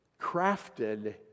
crafted